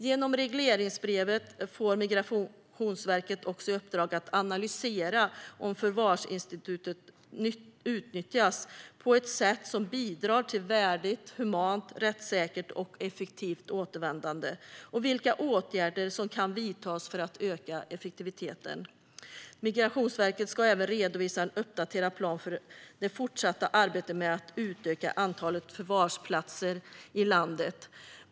Genom regleringsbrevet får Migrationsverket också i uppdrag att analysera om förvarsinstitutet utnyttjas på ett sätt som bidrar till värdigt, humant, rättssäkert och effektivt återvändande och vilka åtgärder som kan vidtas för att öka effektiviteten. Migrationsverket ska även redovisa en uppdaterad plan för det fortsatta arbetet med att utöka antalet förvarsplatser i landet.